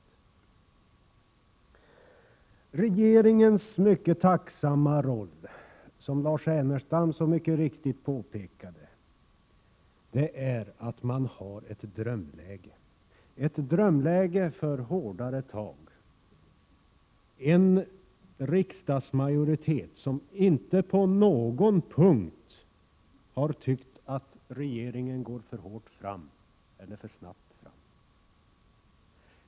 Regeringens mycket tacksamma roll är, som Lars Ernestam mycket riktigt påpekade, att man har ett drömläge — ett drömläge för hårdare tag. Det finns en riksdagsmajoritet som inte på någon punkt har tyckt att regeringen går för hårt eller för snabbt fram.